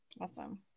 Awesome